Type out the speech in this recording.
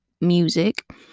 music